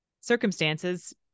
circumstances